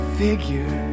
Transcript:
figure